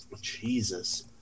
jesus